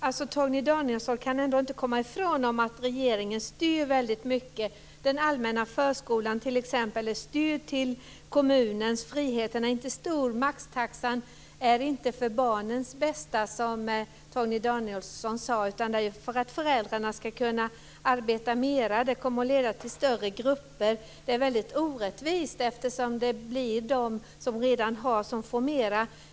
Fru talman! Torgny Danielsson kan ändå inte komma ifrån att regeringen styr mycket. Den allmänna förskolan är styrd. Kommunens frihet är inte stor. Maxtaxan är inte för barnens bästa, som Torgny Danielsson sade, utan den är till för att föräldrarna ska kunna arbeta mer. Det kommer att leda till större grupper. Det är orättvist, eftersom de som redan har får mera.